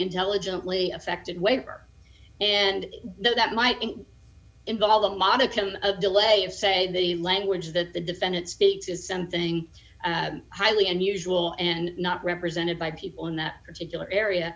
intelligently affected waiver and that might involve a modicum of delay of say the language that the defendant speaks is something highly unusual and not represented by people in that particular area